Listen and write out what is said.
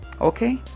okay